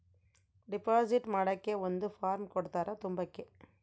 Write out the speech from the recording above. deposit ಮಾಡಕ್ಕೆ ಒಂದ್ form ಕೊಡ್ತಾರ ತುಂಬಕ್ಕೆ